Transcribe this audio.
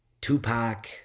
Tupac